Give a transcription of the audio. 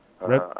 Red